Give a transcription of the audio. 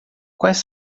quais